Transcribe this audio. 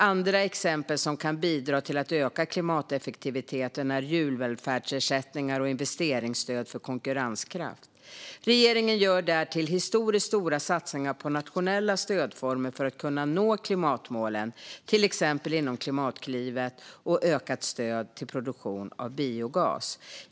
Andra exempel som kan bidra till att öka klimateffektiviteten är djurvälfärdsersättningar och investeringsstöd för konkurrenskraft. Regeringen gör därtill historiskt stora satsningar på nationella stödformer för att kunna nå klimatmålen, till exempel inom Klimatklivet och ökat stöd till produktion av biogas.